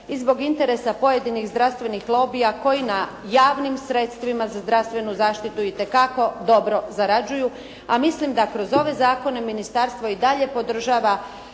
i zbog interesa pojedinih zdravstvenih lobija koji na javnim sredstvima za zdravstvenu zaštitu itekako dobro zarađuju. A mislim da kroz ove zakone ministarstvo i dalje podržava,